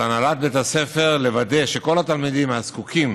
על הנהלת בית הספר לוודא שכל התלמידים הזקוקים